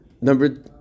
number